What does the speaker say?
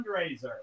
fundraiser